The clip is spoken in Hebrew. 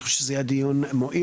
אני חושב שזה היה דיון מועיל.